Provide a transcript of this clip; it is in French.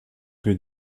que